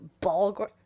ball